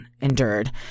endured